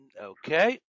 okay